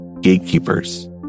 gatekeepers